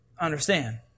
understand